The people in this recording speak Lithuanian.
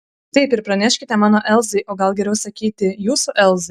taip ir praneškite mano elzai o gal geriau sakyti jūsų elzai